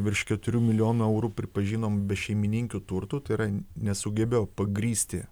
virš keturtių milijonų eurų pripažinom bešeimininkiu turtu tai yra nesugebėjau pagrįsti